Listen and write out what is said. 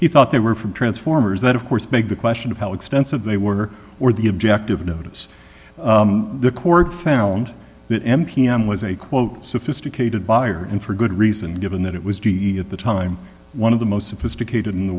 he thought they were from transformers that of course begs the question of how expensive they were or the objective notice the court found that m p i was a quote sophisticated buyer and for good reason given that it was g e at the time one of the most sophisticated in the